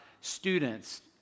students